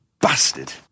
Bastard